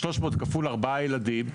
שלוש מאות כפול ארבעה ילדים,